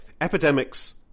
epidemics